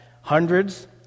hundreds